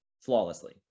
flawlessly